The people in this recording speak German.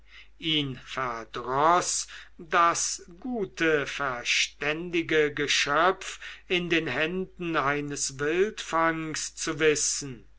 ihn verdroß das gute verständige geschöpf in den händen eines wildfangs zu wissen